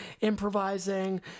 improvising